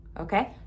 Okay